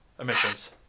emissions